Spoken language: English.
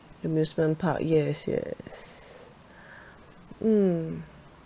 amusement park yes yes mm